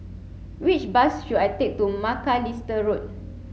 which bus should I take to Macalister Road